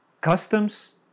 customs